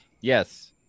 Yes